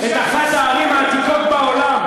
את אחת הערים העתיקות בעולם,